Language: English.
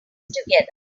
together